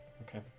okay